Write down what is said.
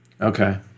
Okay